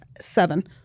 seven